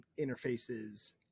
interfaces